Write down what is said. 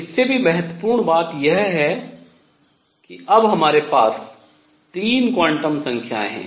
इससे भी महत्वपूर्ण बात यह है कि अब हमारे पास 3 क्वांटम संख्याएँ हैं